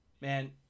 Man